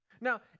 Now